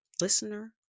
Listener